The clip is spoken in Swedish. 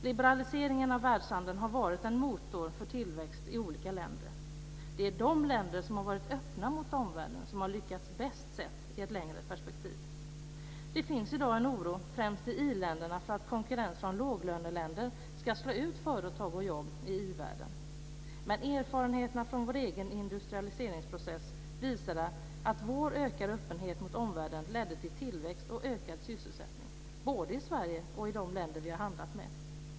Liberaliseringen av världshandeln har varit en motor för tillväxt i olika länder. Det är de länder som varit öppna mot omvärlden som har lyckats bäst, sett i ett längre perspektiv. Det finns i dag en oro, främst i i-länderna, för att konkurrens från låglöneländer ska slå ut företag och jobb i i-världen. Men erfarenheterna från vår egen industrialiseringsprocess visar att vår ökade öppenhet mot omvärlden lett till tillväxt och ökad sysselsättning, både i Sverige och i de länder som vi har handlat med.